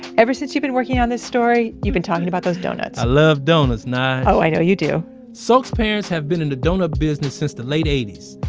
ever since you've been working on this story, you've been talking about those doughnuts i love doughnuts, nyge oh, i know you do sok's parents have been in the doughnut business since the late eighties.